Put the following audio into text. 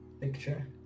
picture